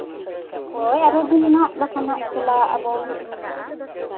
ᱦᱳᱭ ᱟᱨᱚ ᱫᱤᱱ ᱦᱟᱸᱜ ᱵᱟᱠᱷᱟᱱ ᱦᱟᱸᱜ ᱪᱟᱞᱟᱜ ᱟᱵᱚ